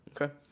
Okay